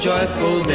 Joyful